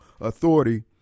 authority